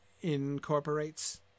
incorporates